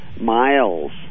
miles